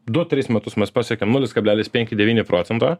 du tris metus mes pasiekėm nulis kablelis penki devyni procento